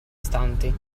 stanti